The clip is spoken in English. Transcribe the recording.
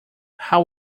how